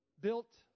Built